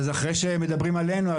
אחרי שמדברים עלינו,